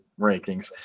rankings